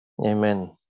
Amen